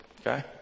Okay